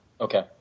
Okay